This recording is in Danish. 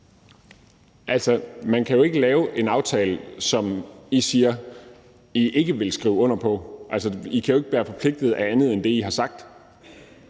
man kan jo ikke lave en aftale, som I siger I ikke vil skrive under på. I kan jo ikke være forpligtet af andet end det, I har sagt.